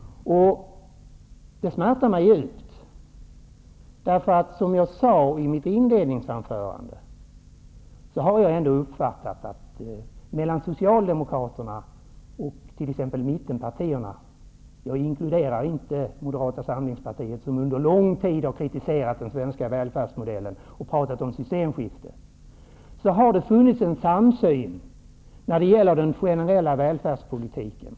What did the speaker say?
Det smärtar mig djupt. Jag har nämligen uppfattat, som jag sade i mitt inledningsanförande, att det mellan Socialdemokraterna och t.ex. mittenpartierna -- jag inkluderar då inte Moderata samlingspartiet som under lång tid har kritiserat den svenska välfärdsmodellen och talat om systemskifte -- har funnits en samsyn när det gäller den generella välfärdspolitiken.